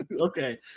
Okay